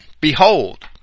behold